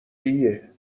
ایه